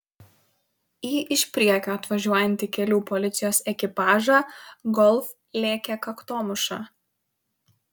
į iš priekio atvažiuojantį kelių policijos ekipažą golf lėkė kaktomuša